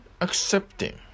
accepting